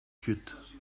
cute